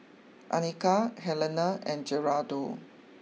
Anika Helena and Geraldo